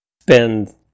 spend